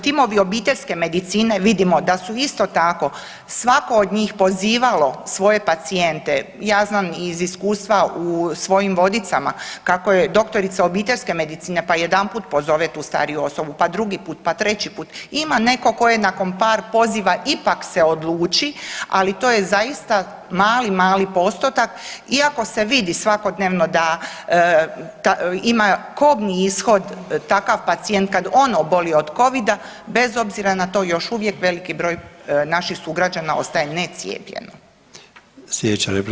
Timovi obiteljske medicine vidimo da su isto tako svako od njih pozivalo svoje pacijente, ja znam iz iskustva u svojim Vodicama kako je doktorica obiteljske medicine, pa jedanput pozove tu stariju osobu, pa drugi put, pa treći put, ima netko tko je nakon par poziva ipak se odluči, ali to je zaista mali, mali postotak, iako se vidi svakodnevno da ima kobni ishod takav pacijent kad on oboli od Covida, bez obzira na to, još uvijek veliki broj naših sugrađana ostaje necijepljeno.